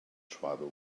tribal